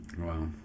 Wow